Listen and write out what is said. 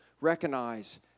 recognize